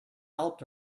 helped